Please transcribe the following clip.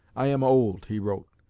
i am old, he wrote,